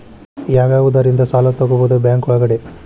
ಯಾವ್ಯಾವುದರಿಂದ ಸಾಲ ತಗೋಬಹುದು ಬ್ಯಾಂಕ್ ಒಳಗಡೆ?